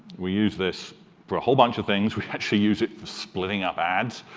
we use this for a whole bunch of things. we actually use it for splitting up ads.